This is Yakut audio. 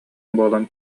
буолан